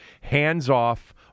hands-off